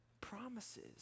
promises